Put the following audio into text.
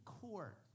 court